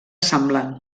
semblant